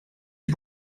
die